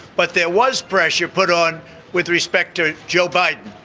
but there was pressure put on with respect to joe biden.